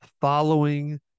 following